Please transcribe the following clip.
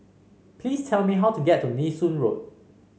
please tell me how to get to Nee Soon Road